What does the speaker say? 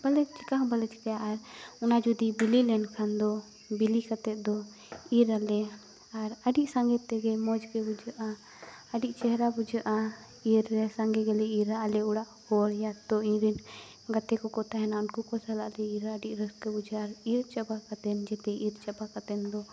ᱵᱟᱞᱮ ᱪᱮᱠᱟᱦᱚᱸ ᱵᱟᱞᱮ ᱪᱮᱠᱟᱭᱟ ᱟᱨ ᱚᱱᱟ ᱡᱩᱫᱤ ᱵᱤᱞᱤᱞᱮᱱ ᱠᱷᱟᱱᱫᱚ ᱵᱤᱞᱤ ᱠᱟᱛᱮ ᱫᱚ ᱤᱨᱻᱟᱞᱮ ᱟᱨ ᱟᱹᱰᱤ ᱥᱟᱸᱜᱮᱛᱮᱜᱮ ᱢᱚᱡᱽᱜᱮ ᱵᱩᱡᱷᱟᱹᱜᱼᱟ ᱟᱹᱰᱤ ᱪᱮᱦᱨᱟ ᱵᱩᱡᱷᱟᱹᱜᱼᱟ ᱤᱨᱻ ᱨᱮ ᱥᱟᱸᱜᱮᱜᱮᱞᱮ ᱤᱨᱻᱟ ᱟᱞᱮ ᱚᱲᱟᱜ ᱦᱚᱲ ᱭᱟᱫᱽᱫᱚ ᱤᱧᱨᱮᱱ ᱜᱟᱛᱮᱠᱚᱠᱚ ᱛᱟᱦᱮᱱᱟ ᱩᱱᱠᱚᱠᱚ ᱥᱟᱞᱟᱜᱞᱮ ᱤᱨᱻᱟ ᱟᱹᱰᱤ ᱨᱟᱹᱥᱠᱟᱹ ᱵᱩᱡᱷᱟᱹᱜᱼᱟ ᱟᱨ ᱤᱨᱻ ᱪᱟᱵᱟ ᱠᱟᱛᱮᱱ ᱡᱮᱛᱮ ᱤᱨᱻ ᱪᱟᱵᱟ ᱠᱟᱛᱮᱱᱫᱚ